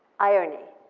irony.